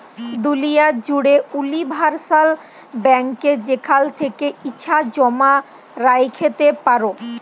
দুলিয়া জ্যুড়ে উলিভারসাল ব্যাংকে যেখাল থ্যাকে ইছা জমা রাইখতে পারো